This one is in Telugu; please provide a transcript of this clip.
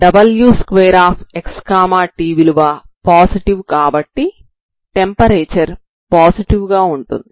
w2xtవిలువ పాజిటివ్ కాబట్టి టెంపరేచర్ పాజిటివ్ గా ఉంటుంది